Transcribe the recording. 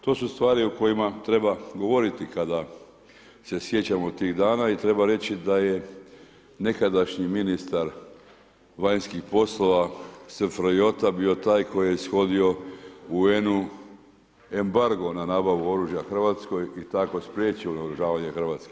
To su stvari o kojima treba govoriti kada se sjećamo tih dana i treba reći da je nekadašnji ministar vanjskih poslova SFRJ bio taj koji je ishodio UN-u embargo na nabavu oružja Hrvatskoj i tako spriječio naoružavanje Hrvatske.